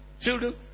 children